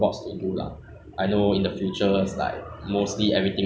K so like do you think my english is better or my chinese is better